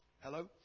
Hello